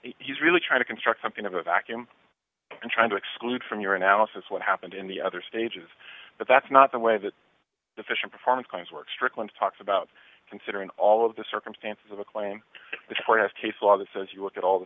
he's really trying to construct something of a vacuum and trying to exclude from your analysis what happened in the other stages but that's not the way that the fishing performance kinds work strickland's talks about considering all of the circumstances of a claim for his case law that says you look at all the